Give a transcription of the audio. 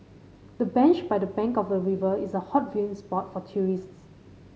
the bench by the bank of the river is a hot viewing spot for tourists